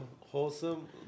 Wholesome